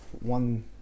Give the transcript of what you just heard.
one